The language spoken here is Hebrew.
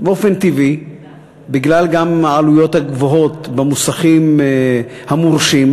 שבאופן טבעי גם בגלל העלויות הגבוהות במוסכים המורשים,